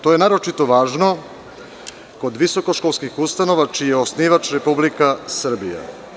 To je naročito važno kod visoko školskih ustanova čiji je osnivač Republika Srbija.